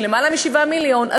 שהיא יותר מ-7 מיליון.